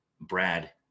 Brad